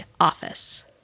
office